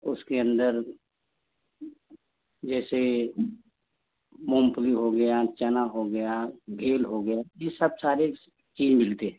उसके अंदर जैसे मूंगफली हो गया चना हो गया भेल हो गया यह सब सारी चीज़ें मिलती हैं